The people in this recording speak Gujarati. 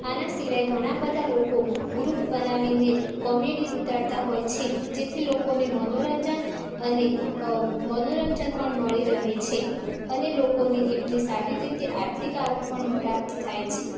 આના સિવાય ઘણા બધા લોકો ગ્રુપ બનાવીને કોમેડી ઉતારતા હોય છે જેથી લોકોને મનોરંજન અને અ મનોરંજન પણ મળી રહે છે અને લોકોને એમની સારી રીતે આર્થિક આવક પણ પ્રાપ્ત થાય છે